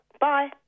Bye